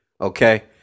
okay